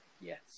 Yes